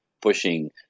pushing